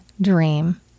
dream